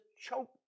choke